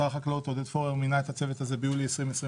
שר החקלאות עודד פורר מינה את הצוות הזה ביולי 2021,